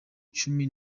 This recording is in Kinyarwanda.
cumi